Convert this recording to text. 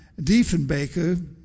Diefenbaker